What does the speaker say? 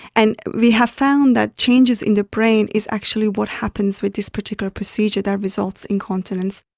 and we have found that changes in the brain is actually what happens with this particular procedure that results in continence.